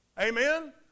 Amen